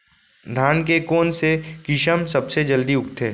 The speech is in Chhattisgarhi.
धान के कोन से किसम सबसे जलदी उगथे?